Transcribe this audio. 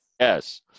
Yes